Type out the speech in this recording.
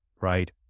right